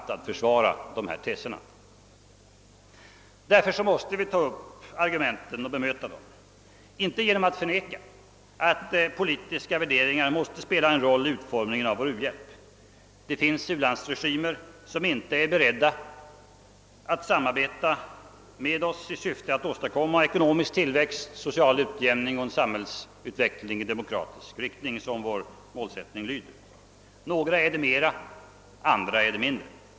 Vi måste därför bemöta argumenten och icke förneka att politiska värderingar måste spela en roll i utformningen av vår u-hjälp. Det finns u-landsregimer som inte är beredda att samarbeta med oss i syfte att åstadkomma ekonomisk tillväxt, social utjämning och en sambhällsutveckling i demokratisk riktning, som vår målsättning lyder. Några är det mera, andra mindre.